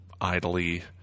idly